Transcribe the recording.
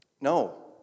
no